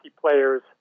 players